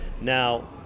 Now